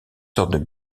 sortes